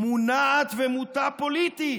מונעת ומוטה פוליטית,